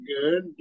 good